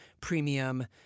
premium